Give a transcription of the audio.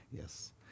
Yes